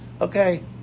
Okay